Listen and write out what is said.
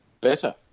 better